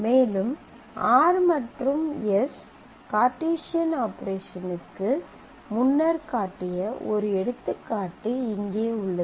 மேலும் r மற்றும் s Cartesian ஆபரேஷனுக்கு முன்னர் காட்டிய ஒரு எடுத்துக்காட்டு இங்கே உள்ளது